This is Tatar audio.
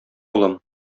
улым